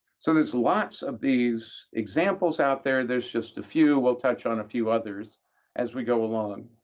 so there's lots of these examples out there. there's just a few. we'll touch on a few others as we go along.